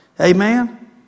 Amen